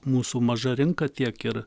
mūsų maža rinka tiek ir